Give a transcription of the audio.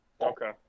Okay